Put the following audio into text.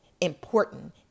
important